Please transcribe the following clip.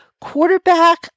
Quarterback